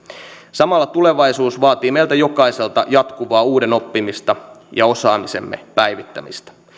samalla tulevaisuus vaatii meiltä jokaiselta jatkuvaa uuden oppimista ja osaamisemme päivittämistä